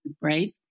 brave